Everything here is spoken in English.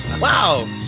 Wow